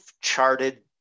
charted